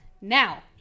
Now